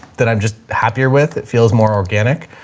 that i'm just happier with. it feels more organic.